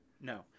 No